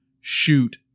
shoot